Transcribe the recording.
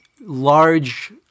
large